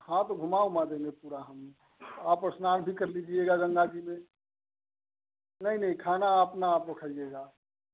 हाँ त घूमा उमा देंगे पूरा हम आप स्नान भी कर लीजिएगा गंगा जी में नही नही खाना अपना आपको खाईयेगा